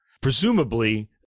presumably